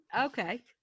okay